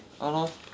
!hannor!